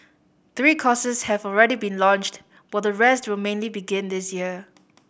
three courses have already been launched while the rest will mainly begin this year